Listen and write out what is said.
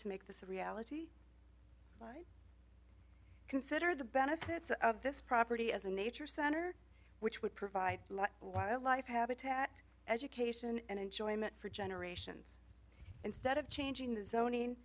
to make this a reality consider the benefits of this property as a nature center which would provide wildlife habitat education and enjoyment for generations instead of changing the zoning